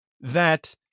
that-